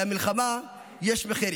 למלחמה יש מחירים.